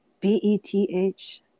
B-E-T-H